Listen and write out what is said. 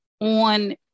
on